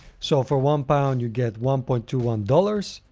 so for one pound, you get one point two one dollars.